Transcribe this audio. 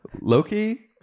Loki